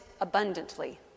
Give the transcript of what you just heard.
abundantly